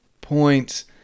points